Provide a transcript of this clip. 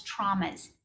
traumas